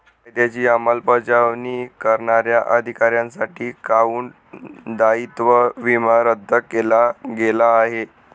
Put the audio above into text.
कायद्याची अंमलबजावणी करणाऱ्या अधिकाऱ्यांसाठी काउंटी दायित्व विमा रद्द केला गेला आहे